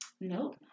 Nope